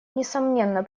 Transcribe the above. несомненно